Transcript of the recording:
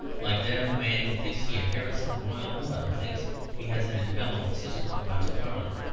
like that of a man who thinks he inherits the royal blood or thinks he has an infallible system for monte carlo.